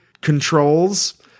controls